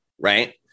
right